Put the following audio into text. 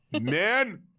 man